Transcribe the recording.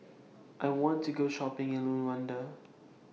I want to Go Shopping in Luanda